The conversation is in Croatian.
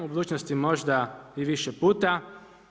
U budućnosti možda i više puta.